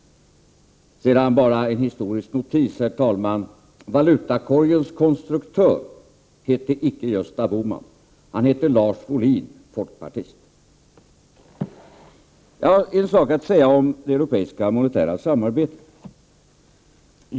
Sedan bara, herr talman, en historisk notis: Valutakorgens konstruktör heter icke Gösta Bohman. Han heter Lars Wohlin, folkpartist. Jag har en sak att säga om det europeiska monetära samarbetet.